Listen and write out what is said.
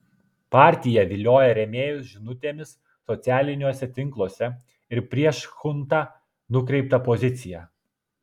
partija vilioja rėmėjus žinutėmis socialiniuose tinkluose ir prieš chuntą nukreipta pozicija